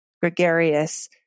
gregarious